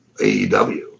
AEW